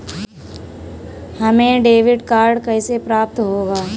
हमें debit card कैसे प्राप्त होगा?